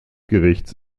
gerichts